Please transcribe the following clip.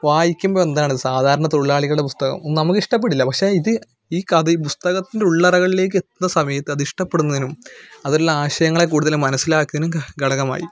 വായിക്കുമ്പം എന്താണ് സാധാരണ തൊഴിലാളികളെ പുസ്തകം നമുക്ക് ഇഷ്ടപ്പെടില്ല പക്ഷേ ഇത് ഈ കഥയ് പുസ്തകത്തിന്റെ ഉള്ളറകളിലേക്ക് എത്തുന്ന സമയത്ത് അതിഷ്ട്ടപ്പെടുന്നതിനും അതിനുള്ള ആശയങ്ങളെ കൂടുതല് മനസിലാക്കാനും ഖ ഘടകമായി